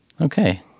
Okay